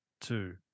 two